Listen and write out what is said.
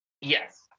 yes